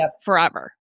forever